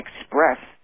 express